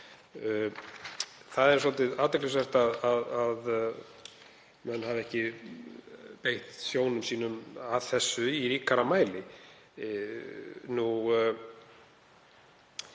Það er svolítið athyglisvert að menn hafi ekki beint sjónum sínum að þessu í ríkari mæli.